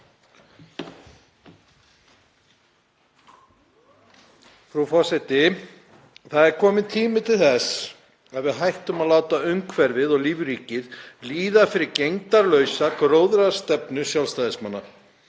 Frú forseti. Það er kominn tími til þess að við hættum að láta umhverfið og lífríkið líða fyrir gegndarlausa gróðastefnu Sjálfstæðismanna.